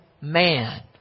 man